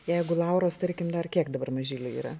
jeigu lauros tarkim dar kiek dabar mažyliui yra